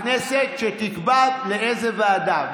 הכנסת, שתקבע לאיזו ועדה.